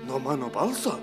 nuo mano balso